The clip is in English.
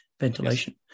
ventilation